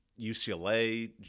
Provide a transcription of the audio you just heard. UCLA